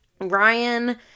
Ryan